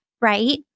right